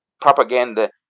propaganda